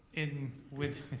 in with.